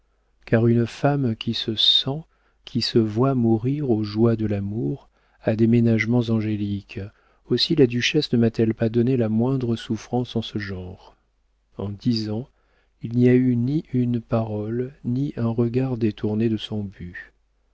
car une femme qui se sent qui se voit mourir aux joies de l'amour a des ménagements angéliques aussi la duchesse ne m'a-t-elle pas donné la moindre souffrance en ce genre en dix ans il n'y a eu ni une parole ni un regard détournés de son but